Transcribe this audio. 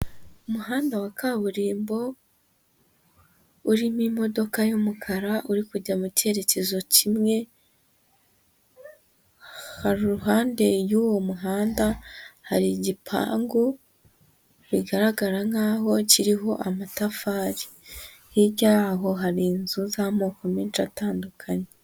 Umuhanda wa kaburimbo, urimo imodoka y'umukara, uri kujya mu cyerekezo kimwe, hari uruhande y'uwo muhanda, hari igipangu, bigaragara nk'aho kiriho amatafari. Hirya y'aho hari inzu z'amoko menshi atandukanye.